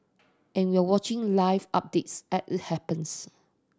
and we're watching live updates as it happens